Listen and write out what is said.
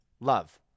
love